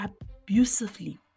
abusively